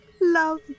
love